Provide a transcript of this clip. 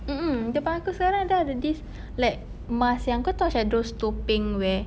mm mm depan aku sekarang sudah ada this like mask yang kau tahu macam those topeng where